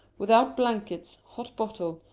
without blankets, hot bottle,